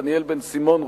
דניאל בן-סימון,